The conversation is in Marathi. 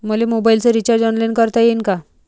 मले मोबाईलच रिचार्ज ऑनलाईन करता येईन का?